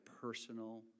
personal